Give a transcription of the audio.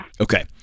Okay